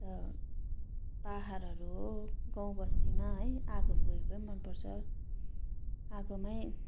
त पाहाडहरू हो गाउँ बस्तीमा है आगो फुकेकै मनपर्छ आगोमै